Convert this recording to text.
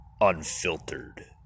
unfiltered